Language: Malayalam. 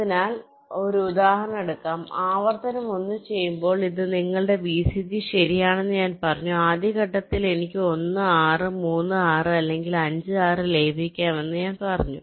അതിനാൽ നമുക്ക് ഒരു ഉദാഹരണം എടുക്കാം ആവർത്തനം 1 ചെയ്യുമ്പോൾ ഇത് നിങ്ങളുടെ വിസിജി ശരിയാണെന്ന് ഞാൻ പറഞ്ഞു ആദ്യ ഘട്ടത്തിൽ എനിക്ക് 1 6 3 6 അല്ലെങ്കിൽ 5 6 ലയിപ്പിക്കാമെന്ന് ഞാൻ പറഞ്ഞു